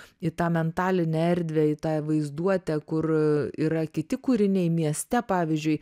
į tą mentalinę erdvę į tą vaizduotę kur yra kiti kūriniai mieste pavyzdžiui